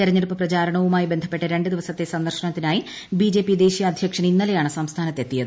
തെരഞ്ഞെടുപ്പ് പ്രചാരണവുമായി ബന്ധപ്പെട്ട് രണ്ട് ദിവസത്തെ സന്ദർശനത്തിനായി ബിജെപി ദേശീയ അധ്യക്ഷൻ ഇന്നലെയാണ് സംസ്ഥാനത്ത് എത്തിയത്